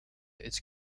its